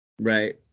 Right